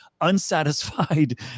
unsatisfied